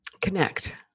connect